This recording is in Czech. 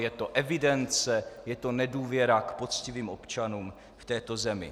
Je to evidence, je to nedůvěra k poctivým občanům v této zemi.